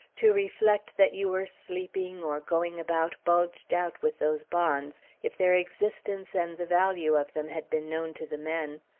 to reflect that you were sleeping or going about bulged out with those bonds, if their existence and the value of them had been known to the men.